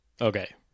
Okay